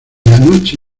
noche